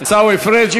עיסאווי פריג'.